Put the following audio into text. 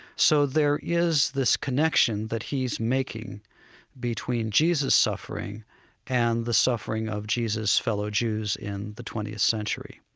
so there is this connection that he's making between jesus' suffering and the suffering of jesus' fellow jews in the twentieth century.